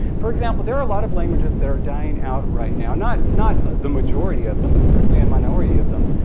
for example, there are a lot of languages that are dying out right now. not not the majority of them but certainly a minority of them,